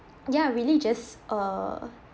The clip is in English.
ya really just err